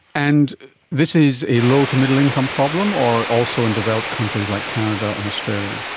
and this is a low to middle income problem, or also in developed countries like canada and australia?